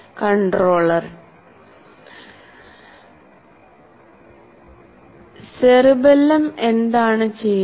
controller cerebellum എന്താണ് ചെയ്യുന്നത്